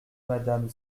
madame